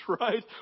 right